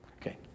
Okay